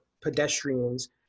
pedestrians